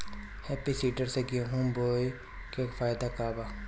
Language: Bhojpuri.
हैप्पी सीडर से गेहूं बोआई के का फायदा बा?